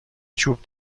چوب